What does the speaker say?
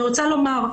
אני רוצה לומר,